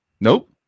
nope